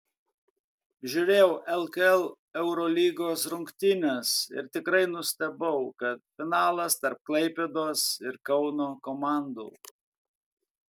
žiūrėjau lkl eurolygos rungtynes ir tikrai nustebau kad finalas tarp klaipėdos ir kauno komandų